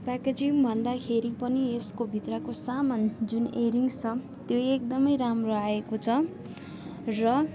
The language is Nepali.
प्याकेजिङ भन्दाखेरि पनि यसको भित्रको सामान जुन एयररिङ्स छ त्यो एकदमै राम्रो आएको छ र